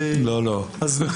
אני רוצה